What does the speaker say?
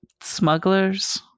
smugglers